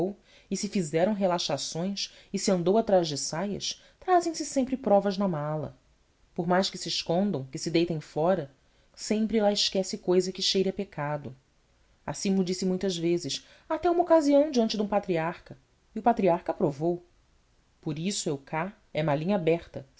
e se fizeram relaxações e se andou atrás de saias trazem se sempre provas na mala por mais que se escondam que se deitem fora sempre lá esquece cousa que cheire a pecado assim mo disse muitas vezes até uma ocasião diante de um patriarca e o patriarca aprovou por isso eu cá é malinha aberta